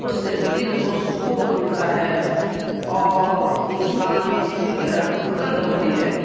اس سے دل کو سکون ملتا ہے اور انسان کی فکر بلند ہوتی ہے